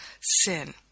sin